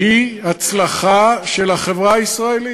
שהיא הצלחה של החברה הישראלית,